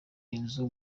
inzu